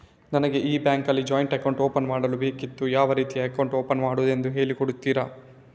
ನನಗೆ ಈ ಬ್ಯಾಂಕ್ ಅಲ್ಲಿ ಜಾಯಿಂಟ್ ಅಕೌಂಟ್ ಓಪನ್ ಮಾಡಲು ಬೇಕಿತ್ತು, ಯಾವ ರೀತಿ ಅಕೌಂಟ್ ಓಪನ್ ಮಾಡುದೆಂದು ಹೇಳಿ ಕೊಡುತ್ತೀರಾ?